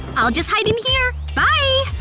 i'll just hide in here! bye!